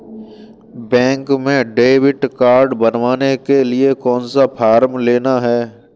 Bank में debit card बनवाने के लिए कौन सा फॉर्म लेना है?